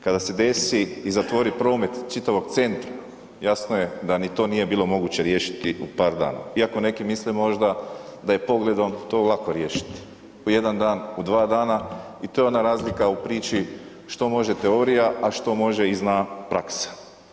Kada se desi i zatvori promet čitavog centra jasno je da ni to nije bilo moguće riješiti u par dana iako neki misle možda da je pogledom to lako riješiti u jedan dan, u dva dana i to je ona razlika u priči što može teorija, a što može i zna praksa.